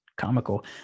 comical